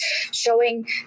showing